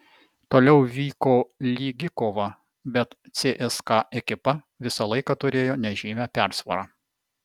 toliau vyko lygi kova bet cska ekipa visą laiką turėjo nežymią persvarą